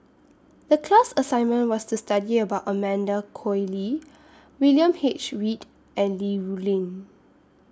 The class assignment was to study about Amanda Koe Lee William H Read and Li Rulin